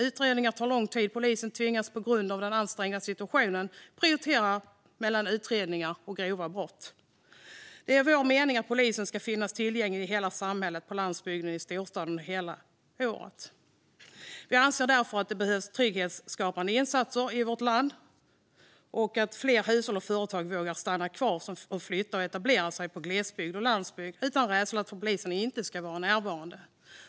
Utredningar tar lång tid, och polisen tvingas på grund av den ansträngda situationen att prioritera mellan utredningar av grova brott. Det är vår mening att polisen ska finnas tillgänglig i hela samhället - på landsbygden och i storstaden - under hela året. Vi anser därför att det behövs trygghetsskapande insatser i landet så att fler hushåll och företag vågar stanna kvar eller flytta till och etablera sig i glesbygd och landsbygd utan rädsla för att polisen inte ska vara närvarande.